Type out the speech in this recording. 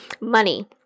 Money